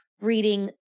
reading